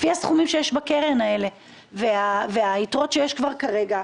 לפי הסכומים שיש בקרן ולפי היתרות שיש כרגע,